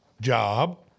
job